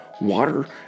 water